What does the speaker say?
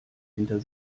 hinter